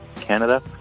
Canada